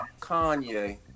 Kanye